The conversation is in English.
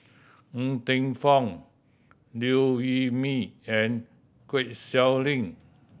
Ng Teng Fong Liew Wee Mee and Kwek Siew Lin